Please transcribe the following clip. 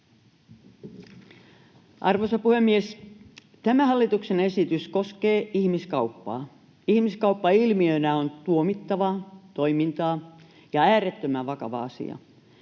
Arvoisa puhemies! Tämä hallituksen esitys koskee ihmiskauppaa. Ihmiskauppa ilmiönä on tuomittavaa toimintaa ja äärettömän vakava asia.